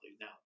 now